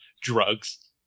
drugs